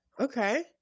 okay